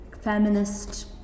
feminist